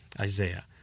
Isaiah